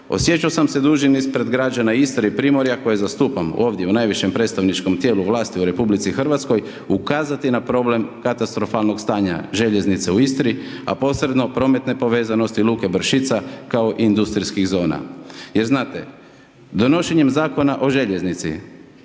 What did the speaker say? osjećao sam se dužnim ispred građana Istre i Primorja koje zastupam ovdje u najvišem predstavničkom tijelu vlasti u RH, ukazati na problem katastrofalnog stanja željeznica u Istri, a posebno prometne povezanosti luke Bršica kao industrijskih zona. Jer znate, donošenjem Zakona o željeznici,